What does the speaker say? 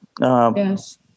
Yes